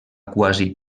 quasi